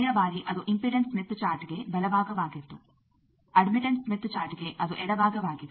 ಕೊನೆಯ ಬಾರಿ ಅದು ಇಂಪಿಡೆನ್ಸ್ ಸ್ಮಿತ್ ಚಾರ್ಟ್ಗೆ ಬಲಭಾಗವಾಗಿತ್ತು ಅಡ್ಮಿಟ್ಟನ್ಸ್ ಸ್ಮಿತ್ ಚಾರ್ಟ್ಗೆ ಅದು ಎಡಭಾಗವಾಗಿದೆ